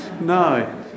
No